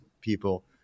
people